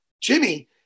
Jimmy